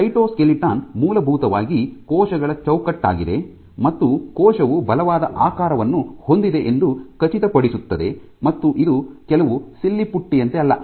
cytoskeleton ಮೂಲಭೂತವಾಗಿ ಕೋಶಗಳ ಚೌಕಟ್ಟಾಗಿದೆ ಮತ್ತು ಕೋಶವು ಬಲವಾದ ಆಕಾರವನ್ನು ಹೊಂದಿದೆ ಎಂದು ಖಚಿತಪಡಿಸುತ್ತದೆ ಮತ್ತು ಇದು ಕೆಲವು ಸಿಲ್ಲಿ ಪುಟ್ಟಿ ಯಂತೆ ಅಲ್ಲ